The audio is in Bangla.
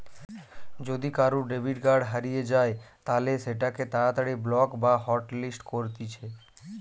যদি কারুর ডেবিট কার্ড হারিয়ে যায় তালে সেটোকে তাড়াতাড়ি ব্লক বা হটলিস্ট করতিছে